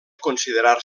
considerar